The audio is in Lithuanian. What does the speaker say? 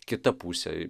kita pusė